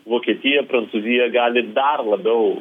vokietija prancūzija gali dar labiau